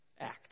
Act